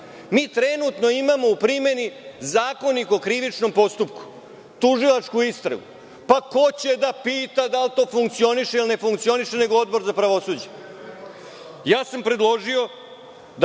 zakona. Trenutno imamo u primeni Zakonik o krivičnom postupku, tužilačku istragu. Ko će da pita da li to funkcioniše ili ne funkcioniše, nego Odbor za pravosuđe? Predložio sam